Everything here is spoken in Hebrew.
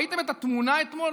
ראיתם את התמונה אתמול